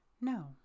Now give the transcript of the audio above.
No